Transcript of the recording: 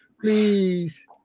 please